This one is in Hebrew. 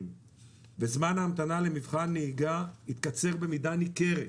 וזמן ההמתנה למבחן נהיגה התקצר במידה ניכרת,